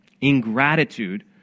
Ingratitude